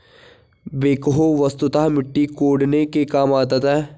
backhoe वस्तुतः मिट्टी कोड़ने के काम आता है